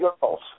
girls